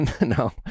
No